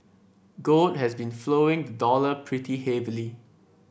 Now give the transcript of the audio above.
gold has been following the dollar pretty heavily